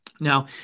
Now